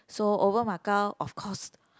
so over Macau of course